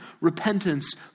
repentance